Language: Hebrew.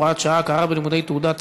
הוראת שעה) (הכרה בלימודי תעודה),